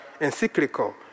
encyclical